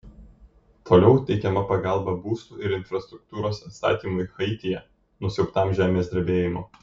toliau teikiama pagalba būstų ir infrastruktūros atstatymui haityje nusiaubtam žemės drebėjimo